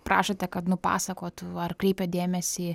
prašote kad nupasakotų ar kreipia dėmesį